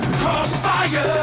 crossfire